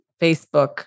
Facebook